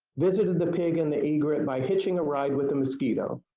visited the pig and the egret by hitching a ride with a mosquito.